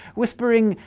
whispering,